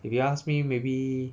if you ask me maybe